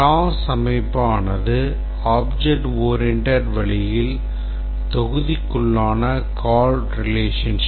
class அமைப்பு ஆனது object oriented வழியில் தொகுதிக்குள்ளான call relationship